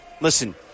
listen